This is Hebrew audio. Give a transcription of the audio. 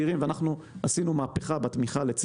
עשינו מהפיכה בכל מה שקשור בתקצוב